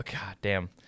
goddamn